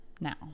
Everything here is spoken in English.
now